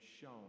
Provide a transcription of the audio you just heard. shown